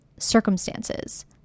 circumstances